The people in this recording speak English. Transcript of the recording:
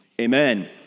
Amen